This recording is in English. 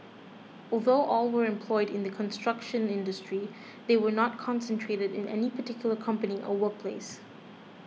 although all were employed in the construction industry they were not concentrated in any particular company or workplace